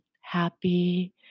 happy